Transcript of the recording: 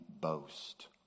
boast